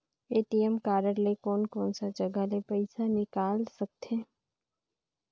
ATM card ले कोन कोन सा जगह ले पइसा निकाल सकथे?